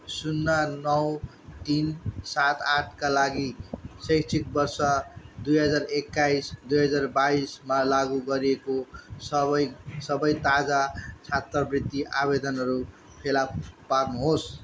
शून्य नौ तिन सात आठका लागि शैक्षिक वर्ष दुई हजार एक्काइस दुई हजार बाइसमा लागु गरिएको सबै सबै ताजा छात्रवृत्ति आवेदनहरू फेला पार्नुहोस्